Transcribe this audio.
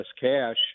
cash